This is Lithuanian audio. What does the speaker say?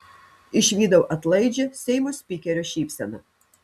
išvydau atlaidžią seimo spikerio šypseną